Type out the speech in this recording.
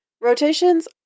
Rotations